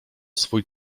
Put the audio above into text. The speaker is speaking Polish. swój